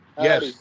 yes